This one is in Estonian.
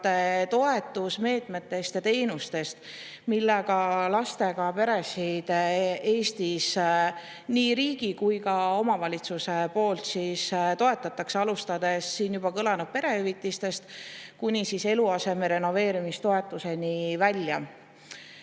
toetusmeetmetest ja teenustest, millega lastega peresid Eestis nii riigi kui ka omavalitsuse poolt toetatakse, alustades siin juba kõlanud perehüvitistest kuni eluaseme renoveerimise toetuseni välja.